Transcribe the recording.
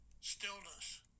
stillness